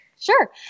Sure